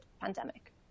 pandemic